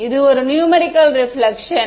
இது ஒரு numerical reflection